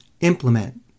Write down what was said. implement